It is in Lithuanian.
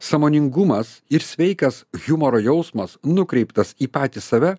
sąmoningumas ir sveikas hiumoro jausmas nukreiptas į patį save